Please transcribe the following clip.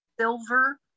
Silver